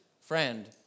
friend